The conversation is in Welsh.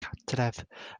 cartref